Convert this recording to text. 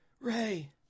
Ray